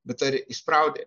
bet dar įspraudė